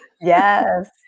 Yes